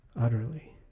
utterly